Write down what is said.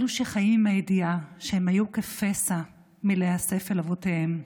אלו שחיים עם הידיעה שהם היו כפסע מלהיאסף אל אבותיהם,